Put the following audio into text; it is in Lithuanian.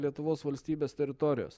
lietuvos valstybės teritorijos